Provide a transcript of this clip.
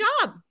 job